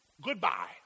Goodbye